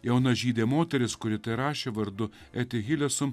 jauna žydė moteris kuri tai rašė vardu eti hilesum